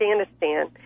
Afghanistan